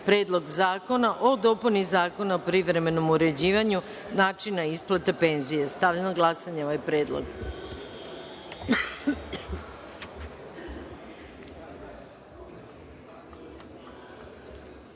Predlog zakona o dopuni Zakona o privremenom uređivanju načina isplate penzija. Stavljam na glasanje ovaj